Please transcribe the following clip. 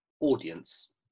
audience